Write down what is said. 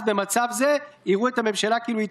הדמוקרטיה כשבאים לדון בחוק-יסוד שישנה